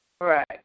Right